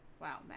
Wow